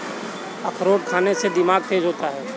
अखरोट खाने से दिमाग तेज होता है